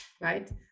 right